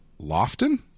Lofton